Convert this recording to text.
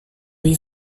wie